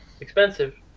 expensive